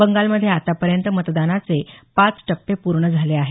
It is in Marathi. बंगालमध्ये आतापर्यंत मतदानाचे पाच टप्पे पूर्ण झाले आहेत